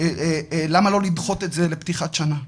"למה לא לדחות את זה לפתיחת שנה?",